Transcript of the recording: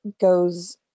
goes